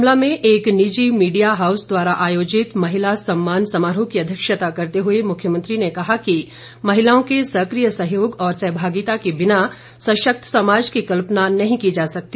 शिमला में एक निजी मीडिया हाऊस द्वारा आयोजित महिला सम्मान समारोह की अध्यक्षता करते हुए मुख्यमंत्री ने कहा कि महिलाओं के सक्रिय सहयोग और सहमागिता के बिना सशक्त समाज की कल्पना नहीं की जा सकती